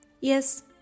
Yes